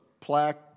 plaque